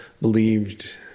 believed